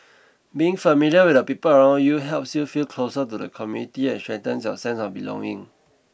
being familiar with the people around you helps you feel closer to the community and strengthens your sense of belonging